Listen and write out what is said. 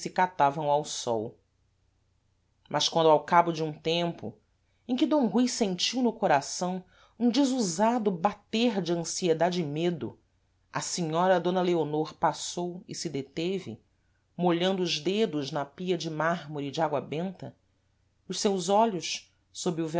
se catavam ao sol mas quando ao cabo de um tempo em que d rui sentiu no coração um desusado bater de ansiedade e medo a senhora d leonor passou e se deteve molhando os dedos na pia de mármore de água benta os seus olhos sob